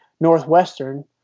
northwestern